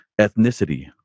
ethnicity